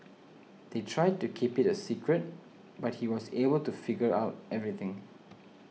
they tried to keep it a secret but he was able to figure out everything